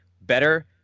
better